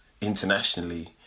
internationally